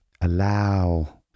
allow